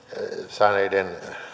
saaneiden